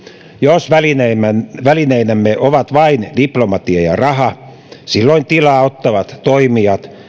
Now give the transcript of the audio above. jos välineinämme välineinämme ovat vain diplomatia ja raha silloin tilaa ottavat toimijat